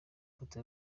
ifoto